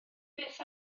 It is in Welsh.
beth